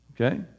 Okay